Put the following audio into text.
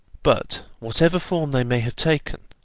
but whatever form they may have taken,